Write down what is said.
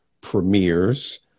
premieres